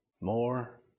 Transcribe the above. more